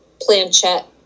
planchette